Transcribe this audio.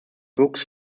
books